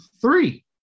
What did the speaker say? three